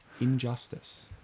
Injustice